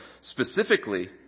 specifically